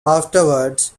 afterwards